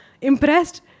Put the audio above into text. impressed